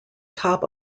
top